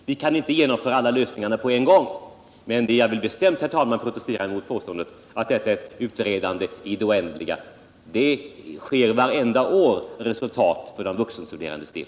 Vi kan naturligtvis inte genomföra alla lösningarna på en gång, men jag vill, herr talman, bestämt protestera mot påståendet att detta är ett utredande i det oändliga. Vi ser varje år resultat för de vuxenstuderandes del.